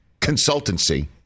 consultancy